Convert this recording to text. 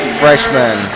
freshman